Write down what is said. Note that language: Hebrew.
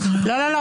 לא לא,